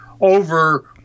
over